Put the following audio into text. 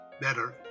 better